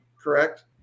correct